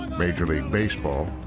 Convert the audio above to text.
major league baseball,